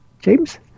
James